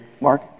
Mark